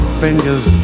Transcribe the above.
fingers